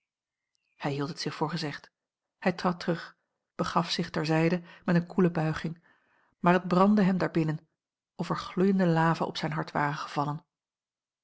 hij hield het zich voor gezegd hij trad terug begaf zich ter a l g bosboom-toussaint langs een omweg zijde met eene koele buiging maar het brandde hem daarbinnen of er gloeiende lava op zijn hart ware gevallen